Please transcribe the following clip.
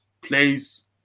place